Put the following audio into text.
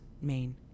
Maine